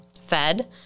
fed